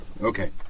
Okay